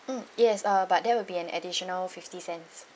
mm yes uh but that will be an additional fifty cents